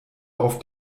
auf